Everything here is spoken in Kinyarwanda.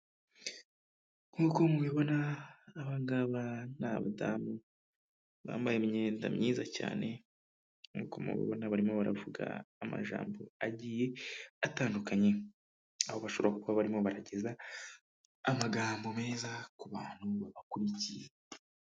Nk'uko mubibona, aba ngaba ni abadamu, bambaye imyenda myiza cyane, nk'uko mubibona barimo baravuga, amajambo agiye atandukanye. Aho bashobora kuba barimo barageza, amagambo meza, ku bantu babakurikiye.